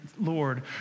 Lord